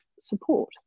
support